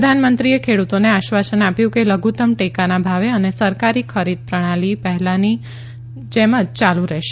પ્રધાનમંત્રીએ ખેડૂતોને આશ્વાસન આપ્યું કે લધુત્તમ ટેકાના ભાવે અને સરકારી ખરીદ પ્રણાલી પહેલાની તેમજ ચાલુ રહેશે